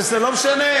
לקח לי ארבע שנים.